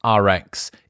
RX